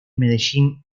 medellín